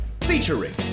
featuring